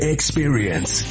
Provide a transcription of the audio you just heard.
Experience